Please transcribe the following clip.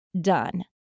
done